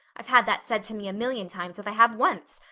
i've had that said to me a million times if i have once.